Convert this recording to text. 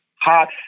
hot